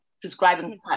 prescribing